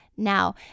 now